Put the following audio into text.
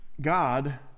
God